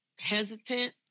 hesitant